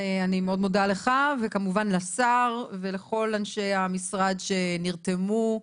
אני מאוד מודה לך וכמובן לשר ולכל אנשי המשרד שנרתמו,